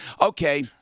okay